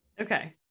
Okay